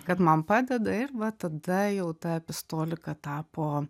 kad man padeda ir va tada jau ta epistolika tapo